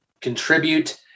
Contribute